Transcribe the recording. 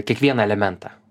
kiekvieną elementą